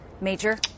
Major